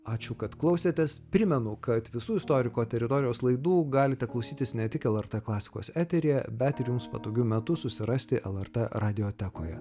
ačiū kad klausėtės primenu kad visų istoriko teritorijos laidų galite klausytis ne tik lrt klasikos eteryje bet ir jums patogiu metu susirasti lrt radiotekoje